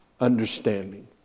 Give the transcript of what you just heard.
understanding